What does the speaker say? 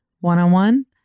one-on-one